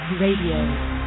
Radio